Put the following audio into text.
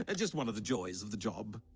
ah just one of the joys of the job